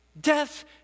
Death